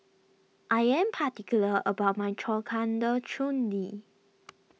I am particular about my Corcander Chutney